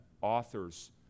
authors